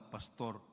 Pastor